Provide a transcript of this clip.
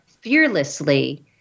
fearlessly